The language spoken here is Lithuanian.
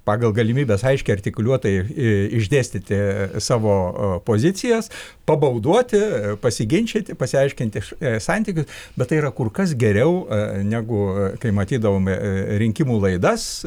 pagal galimybes aiškiai artikuliuotai išdėstyti savo pozicijas pabauduoti pasiginčyti pasiaiškinti santykius bet tai yra kur kas geriau negu kai matydavome rinkimų laidas